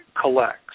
collects